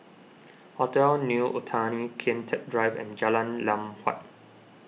Hotel New Otani Kian Teck Drive and Jalan Lam Huat